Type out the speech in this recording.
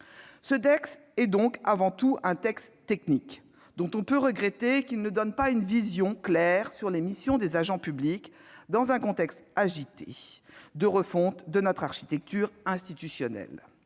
Il s'agit donc avant tout d'un texte technique, dont on peut regretter qu'il ne donne pas une vision claire quant aux missions des agents publics, dans un contexte agité de refonte de notre architecture institutionnelle.